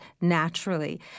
naturally